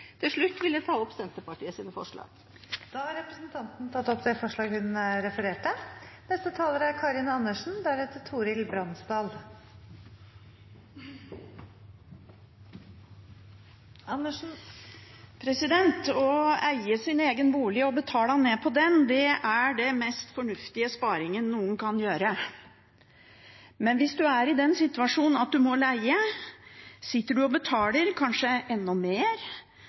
Til slutt vil jeg ta opp Senterpartiets forslag. Da har representanten Heidi Greni tatt opp det forslaget hun refererte til. Å eie sin egen bolig og betale ned på den er den mest fornuftige sparingen noen kan gjøre. Men hvis du er i den situasjonen at du må leie, sitter du og betaler kanskje enda mer